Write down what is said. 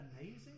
amazing